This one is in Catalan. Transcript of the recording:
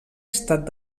estat